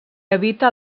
habita